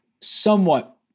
somewhat